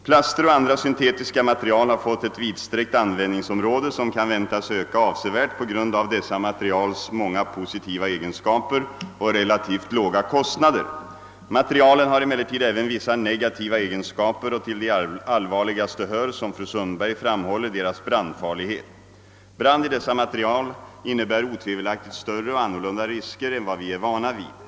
Plaster och andra syntetiska material har fått ett vidsträckt användningsområde som kan väntas öka avsevärt på grund av dessa materials många positiva egenskaper och relativt låga kost nader. Materialen har emellertid även vissa negativa egenskaper och till de allvarligaste hör, som fru Sundberg framhåller, deras brandfarlighet. Brand i dessa material innebär otvivelaktigt större och annorlunda risker än vad vi är vana vid.